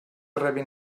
rebin